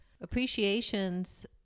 appreciations